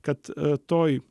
kad toj